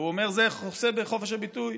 והוא אומר: זה חוסה תחת חופש הביטוי.